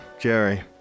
Jerry